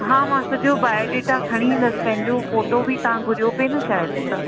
हा मां सॼो बायोडेटा हितां खणी ईंदसि पंहिंजो फ़ोटो बि तव्हां घुरियो पिए न शायदि त